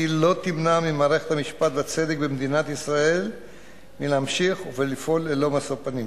לא ימנעו ממערכת המשפט והצדק במדינת ישראל להמשיך לפעול ללא משוא פנים.